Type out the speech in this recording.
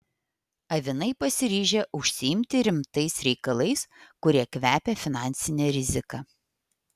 avinai pasiryžę užsiimti rimtais reikalais kurie kvepia finansine rizika